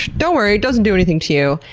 don't worry, it doesn't do anything to you.